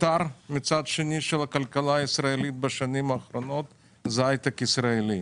הקטר של הכלכלה הישראלית בשנים האחרונות זה הייטק ישראלי.